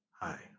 hi